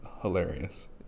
hilarious